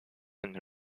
and